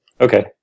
Okay